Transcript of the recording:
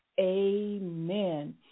amen